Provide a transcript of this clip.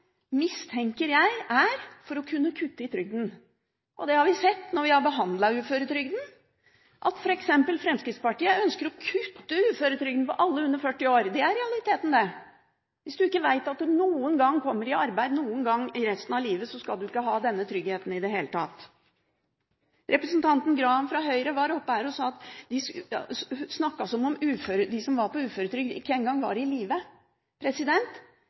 mistenker jeg er for å kunne kutte i trygden. Vi har sett når vi har behandlet uføretrygden, at f.eks. Fremskrittspartiet ønsker å kutte i uføretrygden for alle under 40 år. Det er realiteten. Hvis man ikke vet om man kommer i arbeid noen gang resten av livet, skal man ikke ha denne tryggheten i det hele tatt. Representanten Graham fra Høyre var oppe her og snakket som om de som var på uføretrygd, ikke engang var i